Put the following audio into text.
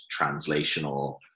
translational